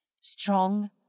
strong